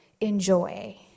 enjoy